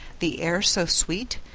the air so sweet,